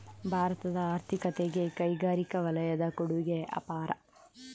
ಭಾರತದ ಆರ್ಥಿಕತೆಗೆ ಕೈಗಾರಿಕಾ ವಲಯದ ಕೊಡುಗೆ ಅಪಾರ